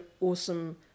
awesome